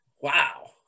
wow